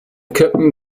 köppen